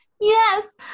Yes